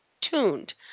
tuned